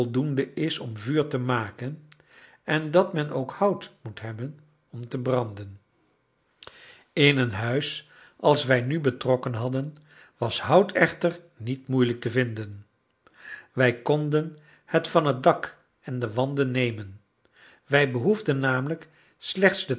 voldoende is om vuur te maken en dat men ook hout moet hebben om te branden in een huis als wij nu betrokken hadden was hout echter niet moeilijk te vinden wij konden het van het dak en van de wanden nemen wij behoefden namelijk slechts de